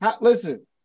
listen